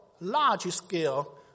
large-scale